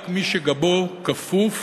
רק מי שגבו כפוף